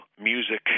music